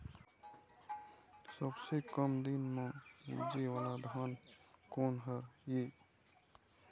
सबसे कम दिन म उपजे वाला धान कोन हर ये?